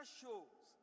shows